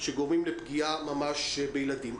שגורמים לפגיעה ממשית בילדים.